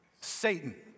Satan